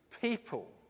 people